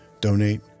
donate